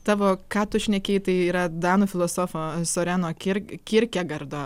tavo ką tu šnekėjai tai yra danų filosofo soreno kir kirkegardo